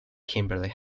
kimberly